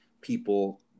people